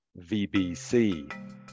VBC